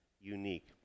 unique